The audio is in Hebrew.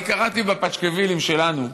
אני קראתי בפשקווילים שלנו,